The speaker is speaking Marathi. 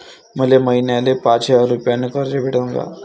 मले महिन्याले पाच हजार रुपयानं कर्ज भेटन का?